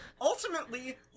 ultimately